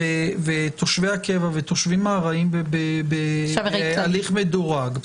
תושבי הקבע והתושבים הארעיים בהליך מדורג.